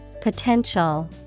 Potential